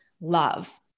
love